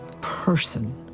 person